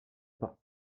pas